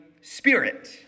Spirit